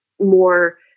more